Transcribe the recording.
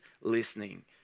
listening